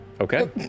Okay